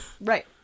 Right